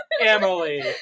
Emily